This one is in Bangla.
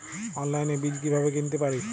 অনলাইনে বীজ কীভাবে কিনতে পারি?